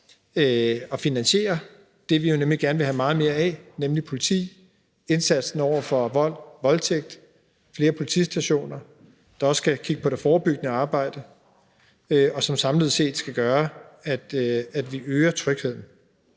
at finansiere det, vi nemlig gerne vil have meget, meget mere af, nemlig politi, indsatsen mod vold og voldtægt, flere politistationer, der også skal kigge på det forebyggende arbejde, og som samlet set skal gøre, at vi øger trygheden.